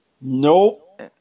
Nope